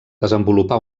desenvolupà